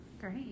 Great